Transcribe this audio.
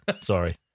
Sorry